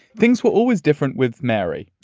things were always different with mary.